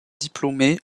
diplômés